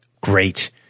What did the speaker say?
Great